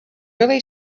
really